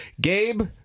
Gabe